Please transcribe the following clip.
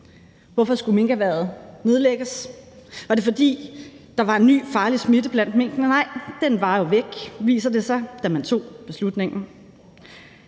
Hvorfor skulle minkerhvervet nedlægges? Var det, fordi der var en ny, farlig smitte blandt minkene? Nej, den var jo væk, viser det sig, da man tog beslutningen.